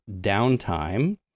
Downtime